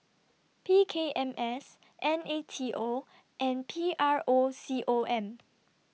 P K M S N A T O and P R O C O M